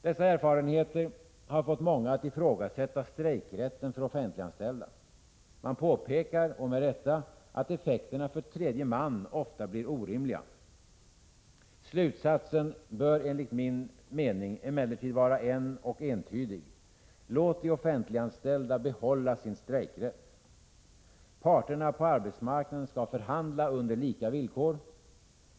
Dessa erfarenheter har fått många att ifrågasätta strejkrätten för offentliganställda. Man påpekar — och det med rätta — att effekterna för tredje man ofta blir orimliga. Slutsatsen bör enligt min mening emellertid vara en och entydig: Låt de offentliganställda behålla sin strejkrätt! Parterna på arbetsmarknaden skall förhandla under lika villkor.